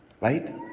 Right